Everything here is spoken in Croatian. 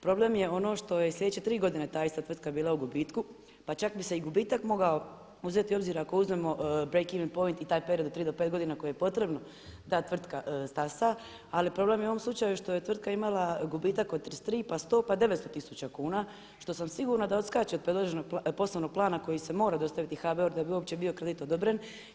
Problem je ono što je slijedeće 3 godine ta ista tvrtka bila u gubitku pa čak bi se i gubitak mogao uzeti u obziri ako uzmemo break in point i taj period od 3 do 5 godina koji je potrebno da tvrtka stasa, ali problem je u ovom slučaju što je tvrtka imala gubitak od 33, pa 100 pa 900 tisuća kuna što sam sigurna da odskače od predloženog poslovnog plana koji se mora dostaviti HBOR-u da bi uopće bio kredit odobren.